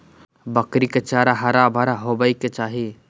बकरी के चारा हरा भरा होबय के चाही